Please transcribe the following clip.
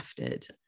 crafted